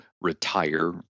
retire